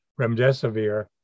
remdesivir